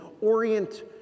Orient